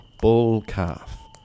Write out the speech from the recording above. bull-calf